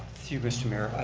through you, mr. mayor,